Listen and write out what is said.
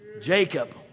Jacob